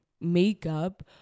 makeup